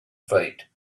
fate